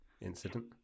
incident